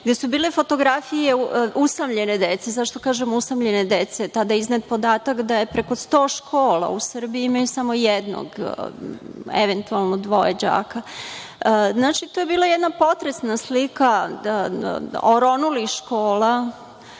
gde su bile fotografije usamljene dece. Zašto kažem usamljene dece? Tada je iznet podatak da u preko 100 škola u Srbiji imaju samo jednog, eventualno dvoje đaka. To je bila jedna potresna slika oronulih škola,